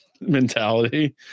mentality